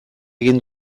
egin